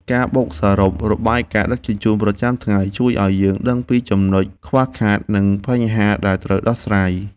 ការបូកសរុបរបាយការណ៍ដឹកជញ្ជូនប្រចាំថ្ងៃជួយឱ្យយើងដឹងពីចំណុចខ្វះខាត និងបញ្ហាដែលត្រូវដោះស្រាយ។